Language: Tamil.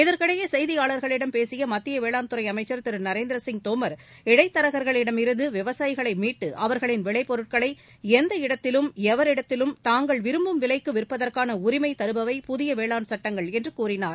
இதற்கிடையே செய்தியாளர்களிடம் பேசிய மத்திய வேளாண்துறை அமைச்சா் திரு நரேந்திரசிங் தோம் இடைத்தரகா்களிடமிருந்து விவசாயிகளை மீட்டு அவர்களின் விளை பொருட்களை எந்த இடத்திலும் எவரிடத்திலும் தாங்கள் விரும்பும் விலைக்கு விற்பதற்கான உரிஎம தருபவை புதிய வேளாண் சட்டங்கள் என்று கூறினார்